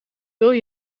wil